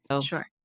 Sure